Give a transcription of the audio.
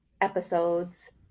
episodes